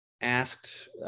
asked